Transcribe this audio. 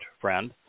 friend